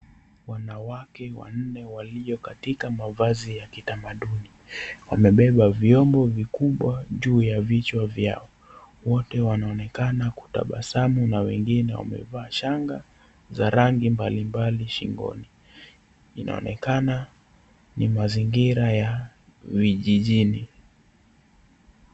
Wanawake wanne walio katika mavazi ya kitamaduni wamebeba vyombo vikubwa juu ya vichwa vyao wote wanaonekana kutabasamu na wengine wamevaa shanga za rangi mbalimbali shingoni inaonekana ni mazingira ya vijijini